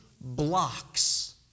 blocks